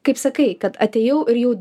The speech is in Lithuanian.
kaip sakai kad atėjau ir jau